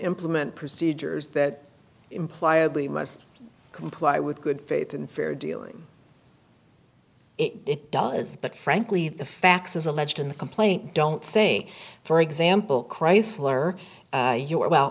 implement procedures that imply only must comply with good faith and fair dealing it does but frankly the facts as alleged in the complaint don't say for example chrysler you are well